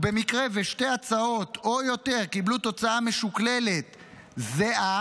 במקרה ששתי הצעות או יותר קיבלו תוצאה משוקללת זהה,